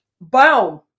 boom